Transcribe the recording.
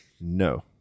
No